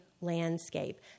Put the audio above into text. landscape